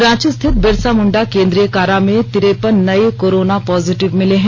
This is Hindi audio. रांची स्थित बिरसा मुंडा केंद्रीय कारा में तिरपन नये कोरोना पॉजिटिव मिले है